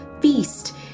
feast